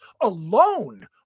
alone